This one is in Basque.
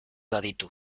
baditu